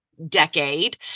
decade